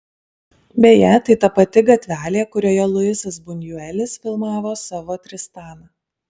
beje tai ta pati gatvelė kurioje luisas bunjuelis filmavo savo tristaną